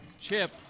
chip